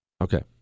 Okay